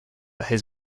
his